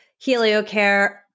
HelioCare